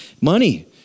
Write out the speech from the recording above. Money